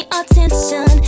attention